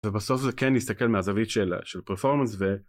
ובסוף זה כן להסתכל מהזווית של של פרפורמנס ו...